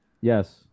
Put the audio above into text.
Yes